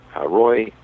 Roy